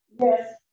Yes